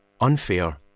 unfair